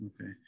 okay